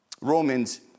Romans